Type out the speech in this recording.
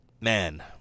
man